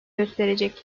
gösterecek